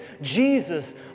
Jesus